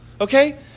okay